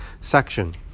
section